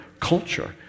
culture